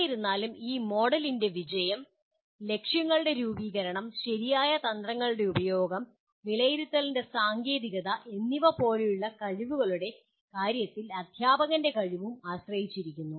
എന്നിരുന്നാലും ഈ മോഡലിൻ്റെ വിജയം ലക്ഷ്യങ്ങളുടെ രൂപീകരണം ശരിയായ തന്ത്രങ്ങളുടെ ഉപയോഗം വിലയിരുത്തലിൻ്റെ സാങ്കേതികത എന്നിവ പോലുള്ള കഴിവുകളുടെ കാര്യത്തിൽ അധ്യാപകൻ്റെ കഴിവും ആശ്രയിച്ചിരിക്കുന്നു